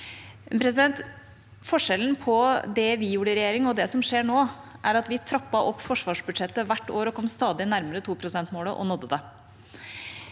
Forskjellen på det vi gjorde i regjering, og det som skjer nå, er at vi trappet opp forsvarsbudsjettet hvert år og kom stadig nærmere 2-prosentmålet og nådde det.